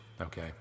Okay